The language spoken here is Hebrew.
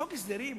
חוק הסדרים,